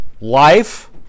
life